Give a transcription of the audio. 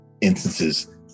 instances